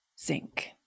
Zinc